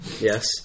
Yes